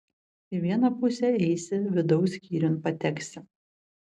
į vieną pusę eisi vidaus skyriun pateksi